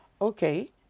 Okay